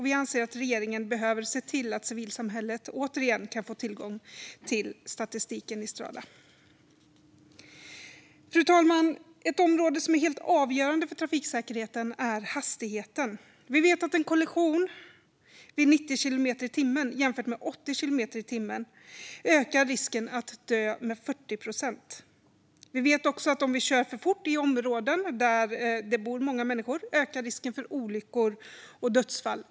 Vi anser att regeringen behöver se till att civilsamhället återigen kan få tillgång till statistiken i Strada. Fru talman! Ett område som är helt avgörande för trafiksäkerheten är hastigheten. Vi vet att en kollision vid 90 kilometer i timmen jämfört med 80 kilometer i timmen ökar risken att dö med 40 procent. Vi vet också att om vi kör för fort i områden där det bor många människor ökar risken för olyckor och dödsfall.